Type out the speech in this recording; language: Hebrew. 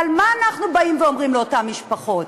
אבל מה אנחנו באים ואומרים לאותן משפחות?